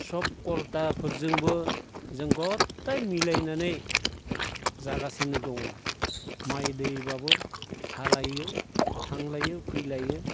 सब कर्ताफोरजोंबो जों गत्ताय मिलायनानै जागासिनो दङ माइ दैबाबो हालायो थांलायो फैलायो